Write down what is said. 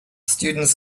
students